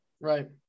Right